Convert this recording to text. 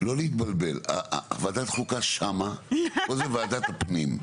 לא להתבלבל, ועדת חוקה שם, פה זה ועדת הפנים.